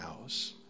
house